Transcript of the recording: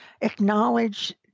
acknowledge